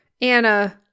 Anna